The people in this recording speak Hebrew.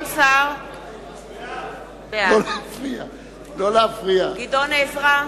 בעד גדעון עזרא,